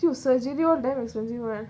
these surgeries damn expensive mah